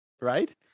right